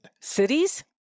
Cities